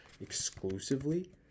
exclusively